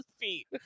feet